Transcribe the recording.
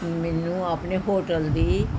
ਮੈਨੂੰ ਆਪਣੇ ਹੋਟਲ ਦੀ